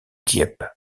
dieppe